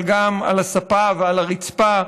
אבל גם על הספה ועל הרצפה.